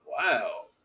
wow